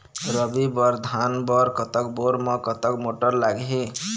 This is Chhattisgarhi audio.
रबी बर धान बर कतक बोर म कतक मोटर लागिही?